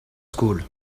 skol